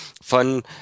von